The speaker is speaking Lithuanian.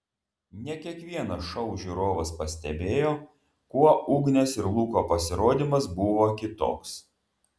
ne kiekvienas šou žiūrovas pastebėjo kuo ugnės ir luko pasirodymas buvo kitoks